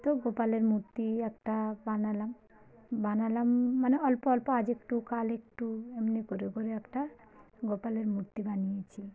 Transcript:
তো গোপালের মূর্তি একটা বানালাম বানালাম মানে অল্প অল্প আজ একটু কাল একটু এমনি করে করে একটা গোপালের মূর্তি বানিয়েছি